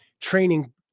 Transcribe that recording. training